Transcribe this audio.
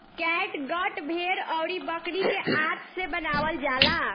catgut भेड़ अउरी बकरी के आंत से बनावल जाला